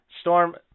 Storm